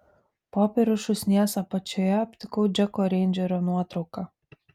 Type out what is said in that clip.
popierių šūsnies apačioje aptikau džeko reindžerio nuotrauką